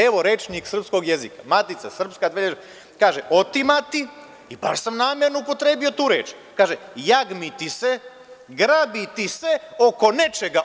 Evo, rečnik srpskog jezika kaže – otimati, i baš sam namerno upotrebio tu reči, jagmiti se, grabiti se oko nečega.